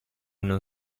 non